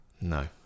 No